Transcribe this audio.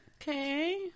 Okay